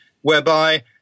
whereby